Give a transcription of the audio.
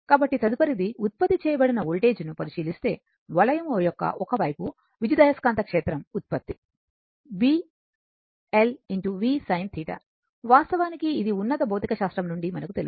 కాబట్టి తదుపరిది ఉత్పత్తి చేయబడిన వోల్టేజ్ను పరిశీలిస్తే వలయము యొక్క ఒక వైపు విద్యుదయస్కాంత క్షేత్రం ఉత్పత్తి Bl v sin వాస్తవానికి ఇది ఉన్నత భౌతిక శాస్త్రం నుండి మనకి తెలుసు